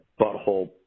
butthole